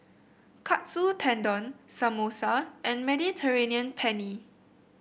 Katsu Tendon Samosa and Mediterranean Penne